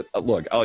look